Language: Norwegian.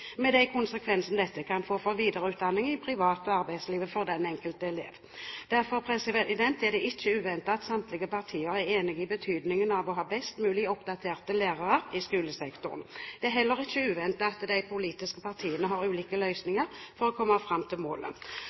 med de konsekvensene dette kan få for videreutdanning, privat og i arbeidslivet for den enkelte elev. Derfor er det ikke uventet at samtlige partier er enige om betydningen av å ha best mulig oppdaterte lærere i skolesektoren. Det er heller ikke uventet at de politiske partiene har ulike løsninger for å komme fram til målet.